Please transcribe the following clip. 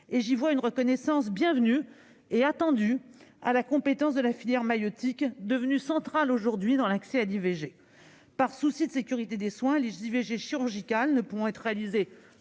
J'y vois une reconnaissance bienvenue et attendue de la filière maïeutique, devenue centrale dans l'accès à l'IVG. Par souci de sécurité des soins, les IVG chirurgicales ne pourront être réalisées